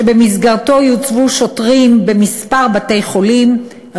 ובמסגרתו יוצבו שוטרים בכמה בתי-חולים,